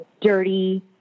dirty